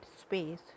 space